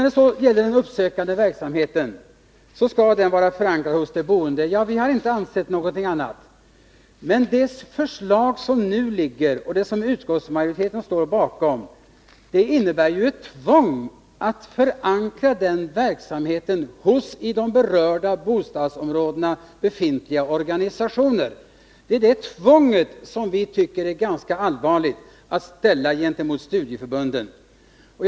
Den uppsökande verksamheten skall vara förankrad hos de boende, säger Bengt Wiklund. Vi har inte ansett något annat. Men det förslag som nu föreligger och som utskottsmajoriteten står bakom innebär ett tvång att förankra verksamheten hos i berörda bostadsområden befintliga organisationer. Vi tycker att det är ganska allvarligt att ställa studieförbunden inför ett sådant tvång.